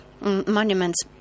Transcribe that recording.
monuments